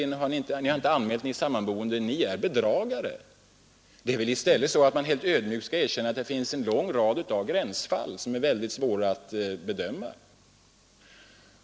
Ni har inte anmält det. Följaktligen är ni en bedragare.” Man skall väl i stället ödmjukt erkänna att det finns en lång rad av gränsfall som är väldigt svåra att bedöma.